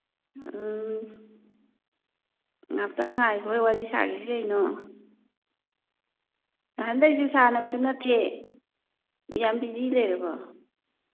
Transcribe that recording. ꯑ ꯉꯥꯛꯇꯪ ꯉꯥꯏꯒꯣꯍꯦ ꯋꯥꯔꯤ ꯁꯥꯒꯤꯁꯤ ꯀꯩꯅꯣ ꯅꯍꯥꯟꯈꯩꯁꯨ ꯁꯥꯅꯕꯁꯨ ꯅꯠꯇꯦ ꯌꯥꯝ ꯕꯤꯖꯤ ꯂꯩꯔꯕꯣ